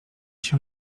się